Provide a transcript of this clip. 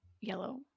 yellow